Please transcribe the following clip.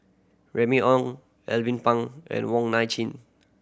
Remy Ong Alvin Pang and Wong Nai Chin